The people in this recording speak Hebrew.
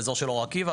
באזור של אור עקיבא,